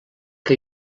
que